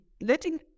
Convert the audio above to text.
letting